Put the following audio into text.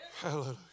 hallelujah